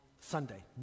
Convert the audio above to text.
Sunday